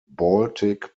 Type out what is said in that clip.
baltic